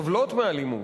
סובלות מאלימות,